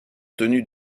tenue